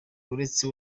uretse